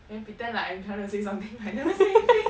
then pretend like I'm trying to say something but I never say anything